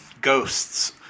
Ghosts